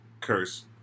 curse